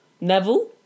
Neville